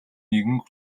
нэгэн